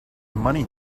money